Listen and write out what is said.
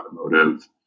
automotive